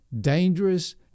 dangerous